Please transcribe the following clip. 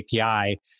API